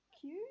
Cute